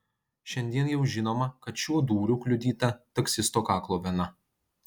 šiandien jau žinoma kad šiuo dūriu kliudyta taksisto kaklo vena